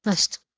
first